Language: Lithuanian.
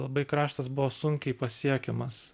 labai kraštas buvo sunkiai pasiekiamas